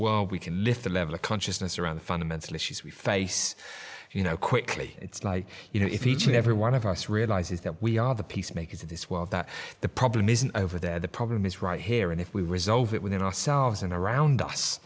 well we can lift the level of consciousness around the fundamental issues we face you know quickly it's like you know if each and every one of us realizes that we are the peacemakers in this world that the problem isn't over there the problem is right here and if we resolve it within ourselves and around us